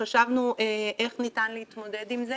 חשבנו איך ניתן להתמודד עם זה